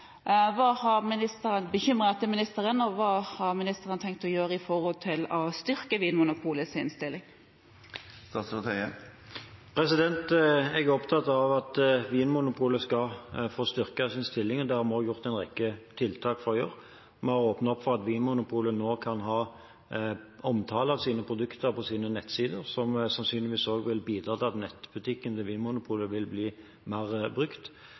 ministeren? Og hva har ministeren tenkt å gjøre for å styrke Vinmonopolets stilling? Jeg er opptatt av at Vinmonopolet skal få styrket sin stilling, og det har vi også gjort en rekke tiltak for: Vi har åpnet opp for at Vinmonopolet nå kan ha omtale av sine produkter på sine nettsider, som sannsynligvis vil bidra til at nettbutikken til Vinmonopolet vil bli mer brukt.